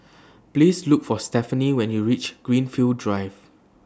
Please Look For Stephenie when YOU REACH Greenfield Drive